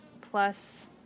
plus